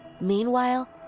Meanwhile